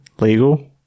legal